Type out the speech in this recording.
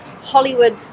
Hollywood